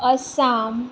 Assam